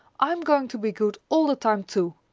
i'm going to be good all the time too.